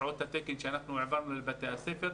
שעות התקן שאנחנו העברנו לבתי הספר,